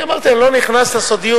אני אמרתי: אני לא נכנס לסודיות.